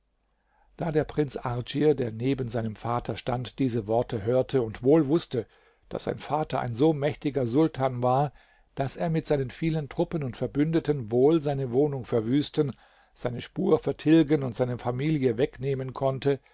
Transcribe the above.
da der prinz ardschir der neben seinem vater stand diese worte hörte und wohl wußte daß sein vater ein so mächtiger sultan war daß er mit seinen vielen truppen und verbündeten wohl seine wohnung verwüsten seine spur vertilgen und seine familie wegnehmen konnte